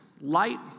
Light